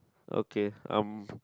okay um